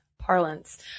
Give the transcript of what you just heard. Parlance